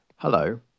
Hello